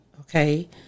Okay